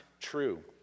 true